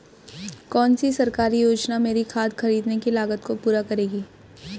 कौन सी सरकारी योजना मेरी खाद खरीदने की लागत को पूरा करेगी?